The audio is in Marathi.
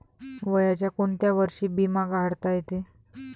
वयाच्या कोंत्या वर्षी बिमा काढता येते?